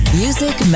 music